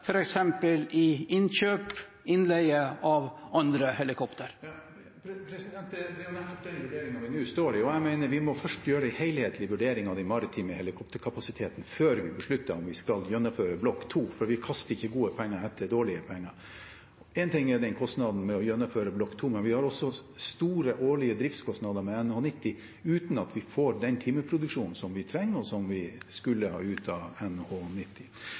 innkjøp eller innleie av andre helikopter. Det er nettopp den vurderingen vi nå står i, og jeg mener vi først må gjøre en helhetlig vurdering av de maritime helikopterkapasitetene før vi beslutter om vi skal gjennomføre Block 2, for vi kaster ikke gode penger etter dårlige penger. Én ting er kostnaden med å gjennomføre Block 2, men vi har også store årlige driftskostnader med NH90 uten at vi får den timeproduksjonen vi trenger, og som vi skulle ha ut av